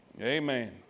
Amen